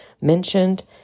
mentioned